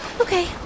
Okay